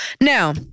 Now